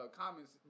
comments